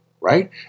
right